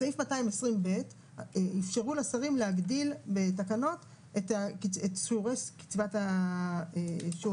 בסעיף 220ב אפשרו לשרים להגדיל בתקנות את שיעורי הקצבה.